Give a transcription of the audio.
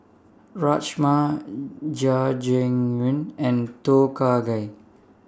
Rajma Jajangmyeon and Tom Kha Gai